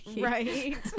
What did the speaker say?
right